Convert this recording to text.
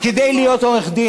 כדי להיות עורך דין,